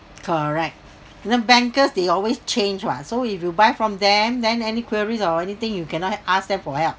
correct the bankers they always change what so if you buy from them then any queries or anything you cannot h~ ask them for help